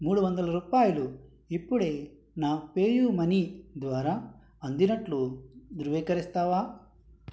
మూడు వందల రూపాయలు ఇప్పుడే నా పే యూ మనీ ద్వారా అందినట్లు ధృవీకరిస్తావా